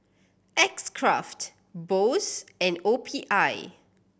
X Craft Bose and O P I